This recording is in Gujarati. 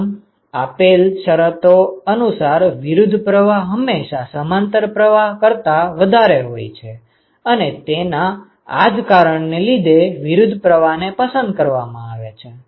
આમ આપેલ શરતો અનુસાર વિરુદ્ધ પ્રવાહ હંમેશા સમાંતર પ્રવાહ કરતાં વધારે હોય છે અને તેના આ જ કારણને લીધે વિરુદ્ધ પ્રવાહને પસંદ કરવામાં આવે છે